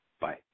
Bye